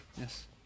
Yes